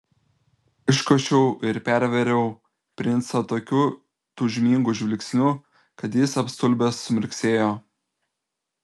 iškošiau ir pervėriau princą tokiu tūžmingu žvilgsniu kad jis apstulbęs sumirksėjo